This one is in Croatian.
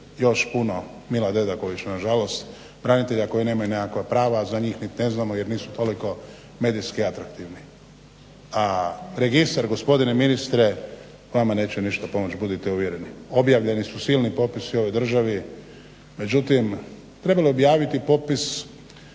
još puno Mila Dedakovića nažalost, branitelja koji nemaju nekakva prava, a za njih i ne znamo jer nisu toliko medijski atraktivni. A registar gospodine ministre vama neće ništa pomoći, budite uvjereni. Objavljeni su silni popisi u ovoj državi, međutim trebalo je objavit popis